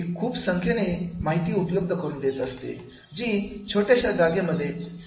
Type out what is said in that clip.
हे खूप संख्येने माहिती उपलब्ध करून देत असते जी छोट्याश्या जागेमध्ये संकुचित करून साठवलेली असते